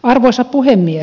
arvoisa puhemies